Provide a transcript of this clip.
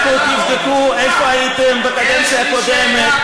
לכו תבדקו איפה הייתם בקדנציה הקודמת,